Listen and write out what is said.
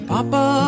Papa